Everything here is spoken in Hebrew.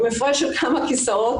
עם הפרש של כמה כיסאות,